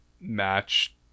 match